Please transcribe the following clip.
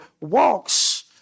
walks